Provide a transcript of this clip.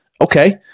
Okay